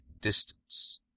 distance